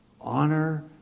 honor